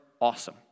awesome